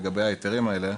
לגבי ההיתרים האלה.